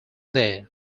there